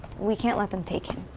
we can't let them take him.